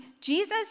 Jesus